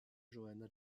joanna